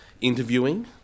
interviewing